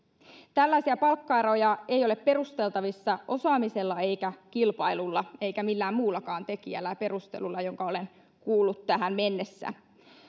tällaiset palkkaerot eivät ole perusteltavissa osaamisella eivätkä kilpailulla eivätkä millään muullakaan tekijällä ja perustelulla jonka olen kuullut tähän mennessä